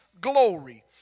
glory